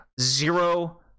Zero